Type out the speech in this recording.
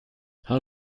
how